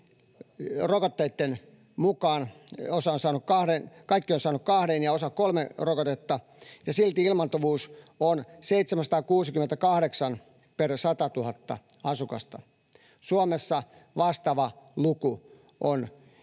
kansasta. Kaikki ovat saaneet kaksi ja osa kolme rokotetta, ja silti ilmaantuvuus on 768 per 100 000 asukasta. Suomessa vastaava luku on noin